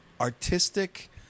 artistic